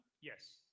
Yes